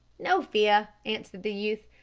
no fear, answered the youth.